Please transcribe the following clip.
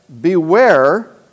Beware